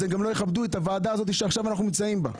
אז גם לא יכבדו את הוועדה הזאת שעכשיו אנחנו נמצאים בה.